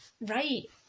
right